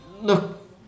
look